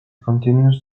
continues